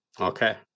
Okay